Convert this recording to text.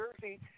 Jersey